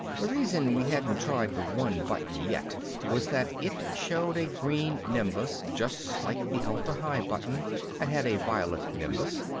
the reason we hadn't tried the one button yet was that it showed a green nimbus, just like the atla-hi button had had a violet nimbus.